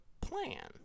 plan